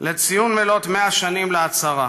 לציון מלאת 100 שנים להצהרה.